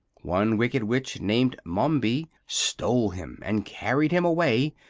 one wicked witch named mombi stole him and carried him away,